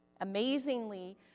Amazingly